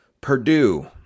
Purdue